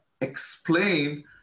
explain